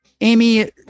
Amy